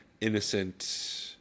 innocent